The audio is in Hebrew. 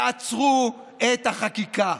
תעצרו את החקיקה.